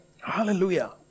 Hallelujah